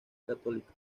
católica